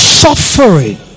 suffering